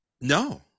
No